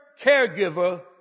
caregiver